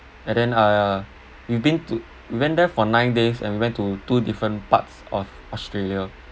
and then uh we've been to we went there for nine days and we went to two different parts of australia